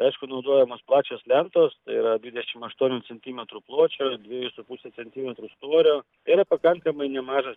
aišku naudojamos plačios lentos tai yra dvidešim aštuonių centimetrų pločio dviejų su puse centimetrų storio yra pakankamai nemažas